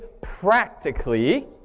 practically